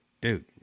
dude